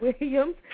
Williams